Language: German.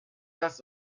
das